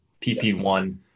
PP1